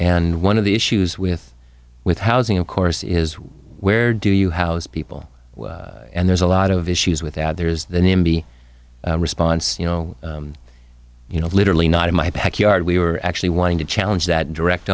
and one of the issues with with housing of course is where do you house people and there's a lot of issues with that there is the nimby response you know you know literally not in my backyard we were actually wanting to challenge that direct